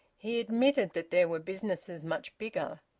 he admitted that there were businesses much bigger,